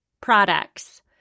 Products